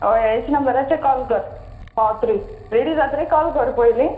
होय हेच नंबराचेर कोल कर पावत्री रेडी जातकीर कोल कर पयलीं